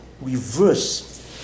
reverse